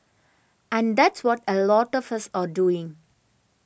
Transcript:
and that's what a lot of us are doing